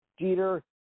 Jeter